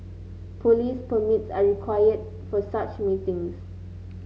police permits are required for such meetings